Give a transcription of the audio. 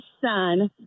son